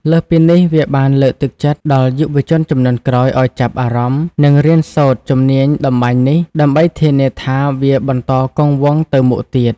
លើសពីនេះ វាបានលើកទឹកចិត្តដល់យុវជនជំនាន់ក្រោយឲ្យចាប់អារម្មណ៍ និងរៀនសូត្រជំនាញតម្បាញនេះ ដើម្បីធានាថាវាបន្តគង់វង្សទៅមុខទៀត។